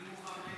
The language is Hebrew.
אני מוכן,